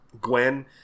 gwen